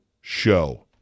Show